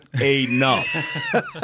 enough